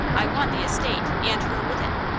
i want the estate and her with it.